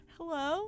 Hello